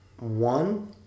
one